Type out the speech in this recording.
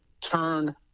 turn